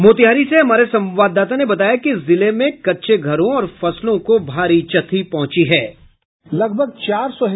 मोतिहारी से हमारे संवाददाता ने बताया कि जिले में कच्चे घरों और फसलों को भारी क्षति पहुंची है